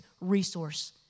resource